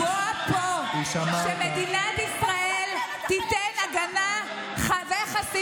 יש לי סמכות לקבוע פה שמדינת ישראל תיתן הגנה וחסינות,